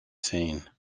seen